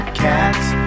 cats